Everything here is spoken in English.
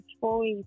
choice